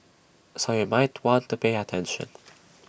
so you might want to pay attention